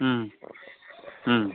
ம் ம்